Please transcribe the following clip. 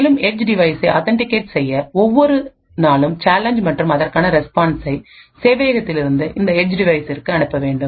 மேலும் ஏட்ஜ் டிவைசை ஆத்தன்டிகேட் செய்யஒவ்வொரு நாளும் சேலஞ்ச் மற்றும் அதற்கான ரெஸ்பான்சை சேவையகத்திலிருந்து இந்த ஏட்ஜ் டிவைஸ்சிற்கு அனுப்ப வேண்டும்